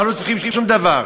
אנחנו לא צריכים שום דבר.